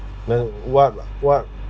then what what